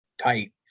tight